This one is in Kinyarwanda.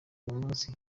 munsi